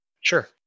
Sure